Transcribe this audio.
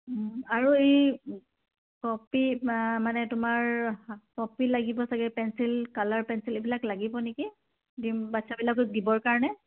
আৰু এই কপি মানে তোমাৰ কপি লাগিব চাগে পেঞ্চিল কালাৰ পেঞ্চিল এইবিলাক লাগিব নেকি বাচ্ছাবিলাকো দিবৰ কাৰণে